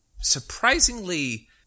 surprisingly